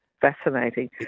fascinating